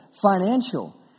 financial